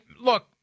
look